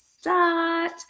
start